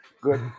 good